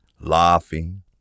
laughing